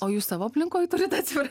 o jūs savo aplinkoje turit